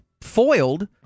foiled